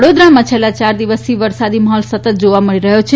વડોદરામાં છેલ્લા ચાર દિવસથી વરસાદ માહોલ સતત જોવા મળી રહયો છે